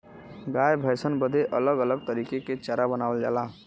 गाय भैसन बदे अलग अलग तरीके के चारा बनावल जाला